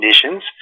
conditions